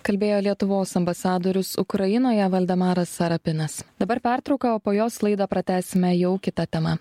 kalbėjo lietuvos ambasadorius ukrainoje valdemaras sarapinas dabar pertrauka o po jos laidą pratęsime jau kita tema